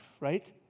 right